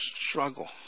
struggle